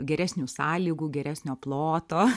geresnių sąlygų geresnio ploto